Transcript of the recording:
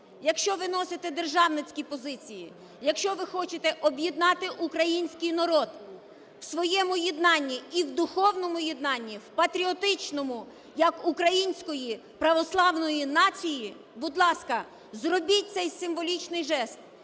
якщо ви носите державницькі позиції, якщо ви хочете об'єднати український народ в своєму єднанні і в духовному єднанні, в патріотичному як української православної нації, будь ласка, зробіть цей символічний жест.